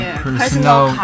personal